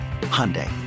Hyundai